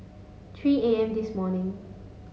three A M this morning